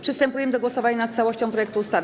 Przystępujemy do głosowania nad całością projektu ustawy.